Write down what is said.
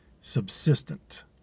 subsistent